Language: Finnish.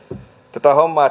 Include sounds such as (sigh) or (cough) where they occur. tätä hommaa (unintelligible)